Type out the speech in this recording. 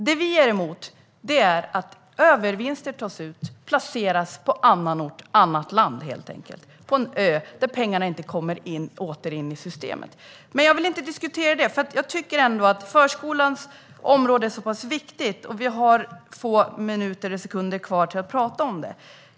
Det vi är emot är att övervinster tas ut och placeras i ett annat land på en ö, så att pengarna inte kommer åter in i systemet. Men jag vill inte diskutera det, för vi har få sekunder kvar att prata om förskolans viktiga område.